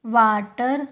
water